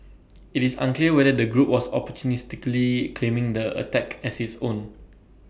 IT is unclear whether the group was opportunistically claiming the attack as its own